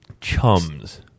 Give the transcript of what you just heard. Chums